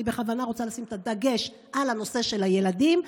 ואני בכוונה רוצה לשים דגש על הנושא של הילדים.